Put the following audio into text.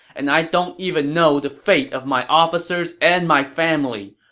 and i don't even know the fate of my officers and my family!